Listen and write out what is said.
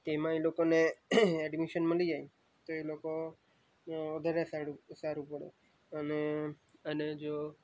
તેમાં એ લોકોને એડમિશન મળી જાય તો એ લોકો વધારે સારું સારું પડે અને અને જો